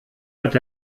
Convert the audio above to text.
hat